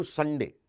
Sunday